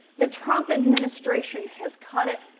the trump administration has cut it.